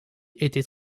était